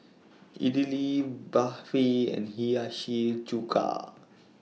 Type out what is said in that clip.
Idili Barfi and Hiyashi Chuka